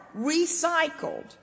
recycled